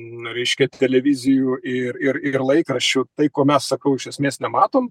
nu reiškia televizijų ir ir ir laikraščių tai ko mes sakau iš esmės nematom